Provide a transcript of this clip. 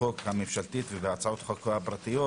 החוק הממשלתית ובהצעות החוק הפרטיות